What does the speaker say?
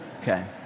okay